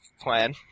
plan